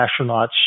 astronauts